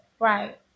Right